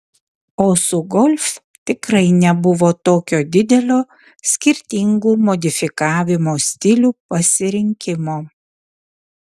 o su golf tikrai nebuvo tokio didelio skirtingų modifikavimo stilių pasirinkimo